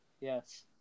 Yes